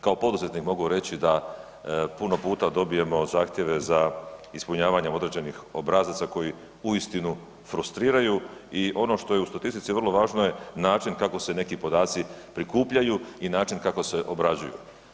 Kao poduzetnik mogu reći da puno puta dobijemo zahtjeve za ispunjavanjem određenih obrazaca koji uistinu frustriraju i ono što je u statistici vrlo važno je način kako se neki podaci prikupljaju i način kako se obrađuju.